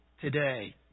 today